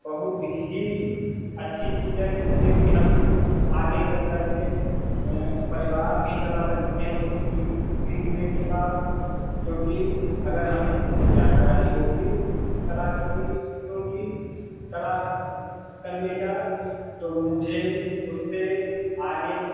बहुत ही अच्छी चीज़ है जिससे कि हम आगे चलकर परिवार भी चला सकते हैं उसको सीख सीखने के बाद क्योंकि अगर हमें उनकी जानकारी होगी कलाकृतियों की कला करने का तो मुझे उससे आगे